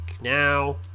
now